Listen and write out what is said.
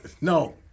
No